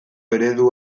eredu